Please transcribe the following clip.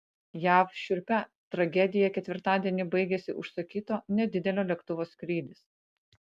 jav šiurpia tragedija ketvirtadienį baigėsi užsakyto nedidelio lėktuvo skrydis